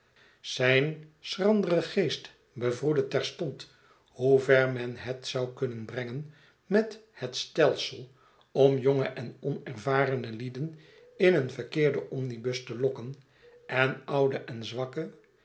zijn schrandere geest bevroedde terstond hoever men het zou kunnen brengen met het stelsel om jonge en onervarene lieden in een verkeerden omnibus te lokken en oude en zwakke